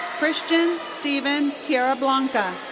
christian steven tierrablanca.